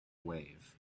wave